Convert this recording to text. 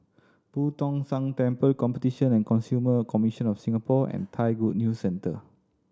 Boo Tong San Temple Competition and Consumer Commission of Singapore and Thai Good News Centre